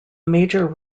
major